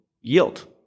yield